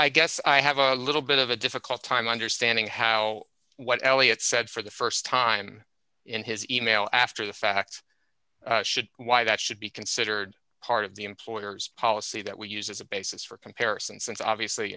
i guess i have a little bit of a difficult time understanding how what elliot said for the st time in his email after the fact should why that should be considered part of the employer's policy that we use as a basis for comparison since obviously